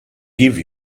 give